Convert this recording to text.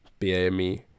BAME